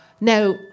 Now